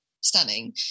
stunning